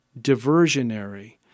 diversionary